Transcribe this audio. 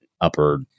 upper